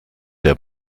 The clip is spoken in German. der